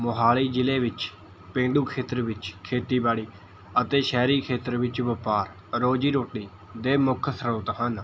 ਮੋਹਾਲੀ ਜ਼ਿਲ੍ਹੇ ਵਿੱਚ ਪੇਂਡੂ ਖੇਤਰ ਵਿੱਚ ਖੇਤੀਬਾੜੀ ਅਤੇ ਸ਼ਹਿਰੀ ਖੇਤਰ ਵਿੱਚ ਵਪਾਰ ਰੋਜ਼ੀ ਰੋਟੀ ਦੇ ਮੁੱਖ ਸ੍ਰੋਤ ਹਨ